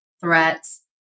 threats